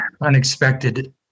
unexpected